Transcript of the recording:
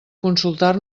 consultar